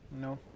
No